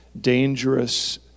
dangerous